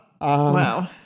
Wow